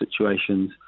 situations